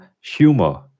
humor